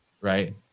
right